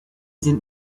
sind